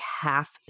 half